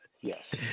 Yes